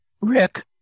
Rick